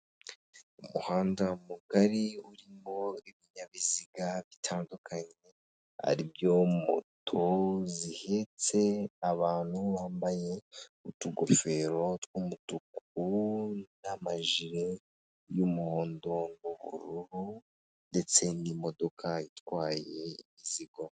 Umuhanda mugari urimo ibinyabiziga bitandukanye, ari byo moto zihetse abantu bambaye utugofero tw'umutuku n'amajire y'umuhondo n'ubururu ndetse n'imodoka itwaye imizigo.